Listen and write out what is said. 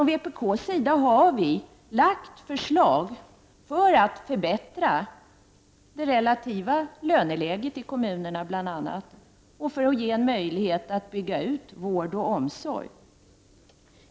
Vpk har framlagt förslag för att bl.a. förbättra det relativa löneläget i kommunerna och för att ge en möjlighet att bygga ut vård och omsorg.